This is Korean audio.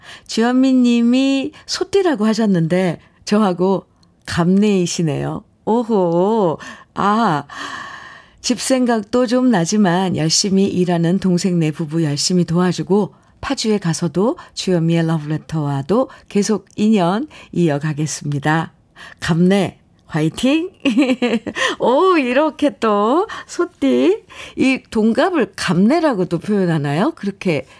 주현미 님이 소띠라고 하셨는데 저하고 감내이시네요. 오호. 아, 집 생각도 좀 나지만 열심히 일하는 동생네 부부 열심히 도와주고 파주에 가서도 주현미의 러브레터와도 계속 인연 이어가겠습니다. 감내, 화이팅! 오, 이렇게 또 소띠. 이 동갑을 감내라고도 표현하나요? 그렇게